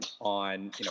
on